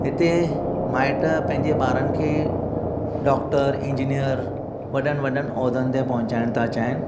हिते माइट पंहिंजे ॿारनि खे डॉक्टर इंजीनीअर वॾनि वॾनि उहिदनि ते पहुचाइण था चाहिनि